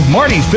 Marty